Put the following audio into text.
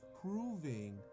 proving